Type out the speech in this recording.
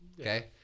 okay